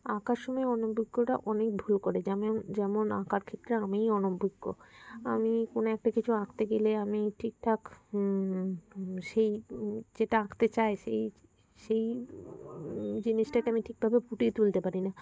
আঁকার সময় অনভিজ্ঞরা অনেক ভুল করে যেমন যেমন আঁকার ক্ষেত্রে আমিই অনভিজ্ঞ আমি কোনো একটা কিছু আঁকতে গেলে আমি ঠিকঠাক সেই যেটা আঁকতে চাই সেই সেই জিনিসটাকে আমি ঠিকভাবে ফুটিয়ে তুলতে পারি না